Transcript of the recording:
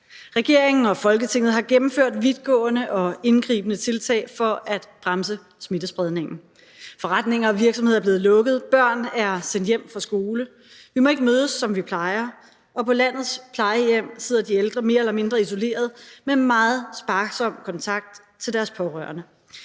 Regeringen og Folketinget har gennemført vidtgående og indgribende tiltag for at bremse smittespredningen. Forretninger og virksomheder er blevet lukket; børn er sendt hjem fra skole; vi må ikke mødes, som vi plejer; og på landets plejehjem sidder de ældre mere eller mindre isolerede med meget sparsom kontakt til deres pårørende.